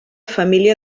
família